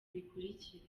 bikurikira